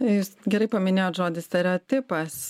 jūs gerai paminėjot žodį stereotipas